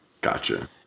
Gotcha